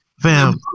fam